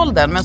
Men